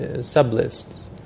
sub-lists